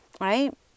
Right